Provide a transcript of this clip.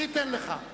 אני אתן לך.